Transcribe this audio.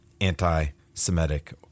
anti-Semitic